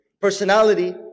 personality